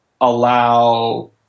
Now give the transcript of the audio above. allow